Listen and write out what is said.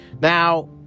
Now